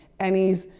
and he's,